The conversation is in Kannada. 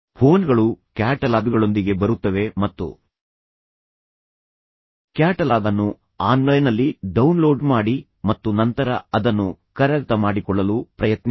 ಫೋನ್ಗಳು ಕ್ಯಾಟಲಾಗ್ಗಳೊಂದಿಗೆ ಬರುತ್ತವೆ ಮತ್ತು ಉತ್ತಮ ಫೋನ್ಗಳು ಕ್ಯಾಟಲಾಗ್ಗಳನ್ನು ಆನ್ಲೈನ್ನಲ್ಲಿ ಲಭ್ಯವಿರುತ್ತವೆ ನೀವು ಅದನ್ನು ಪಡೆಯದಿದ್ದರೆ ಕ್ಯಾಟಲಾಗ್ ಅನ್ನು ಆನ್ಲೈನ್ನಲ್ಲಿ ಡೌನ್ಲೋಡ್ ಮಾಡಿ ಮತ್ತು ನಂತರ ಅದನ್ನು ಕರಗತ ಮಾಡಿಕೊಳ್ಳಲು ಪ್ರಯತ್ನಿಸಿ